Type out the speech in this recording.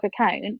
account